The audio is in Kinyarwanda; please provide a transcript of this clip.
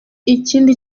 ikindi